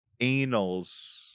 Anals